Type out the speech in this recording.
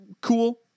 cool